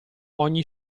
ogni